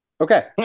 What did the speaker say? Okay